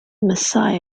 messiah